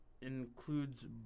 Includes